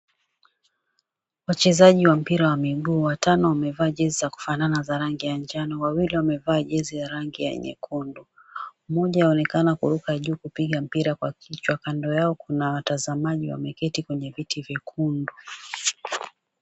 Wachezaji wa mpira wa miguu watano wamevaa jezi za kufanana za rangi ya njano, wawili wamevaa jezi ya rangi ya nyekundu mmoja, anaonekana kuruka juu kupiga mpira kwa kichwa kando yao kuna watazamaji wameketi kwenye viti vyekundu.